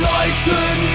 Leuten